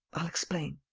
i'll explain.